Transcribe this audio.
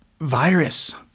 virus